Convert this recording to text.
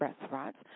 restaurants